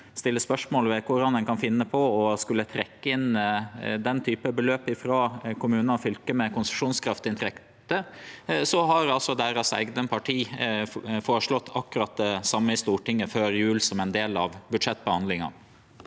stiller spørsmål ved korleis ein kan finne på å trekkje inn den typen beløp frå kommunar og fylke med konsesjonskraftinntekter, har altså deira eigne parti føreslått akkurat det same i Stortinget før jul som ein del av budsjettbehandlinga.